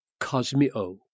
cosmio